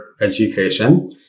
education